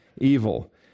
evil